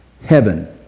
heaven